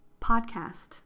podcast